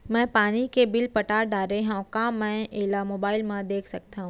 मैं पानी के बिल पटा डारे हव का मैं एला मोबाइल म देख सकथव?